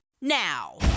now